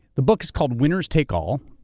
the book is called winners take all.